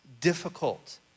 difficult